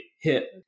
hit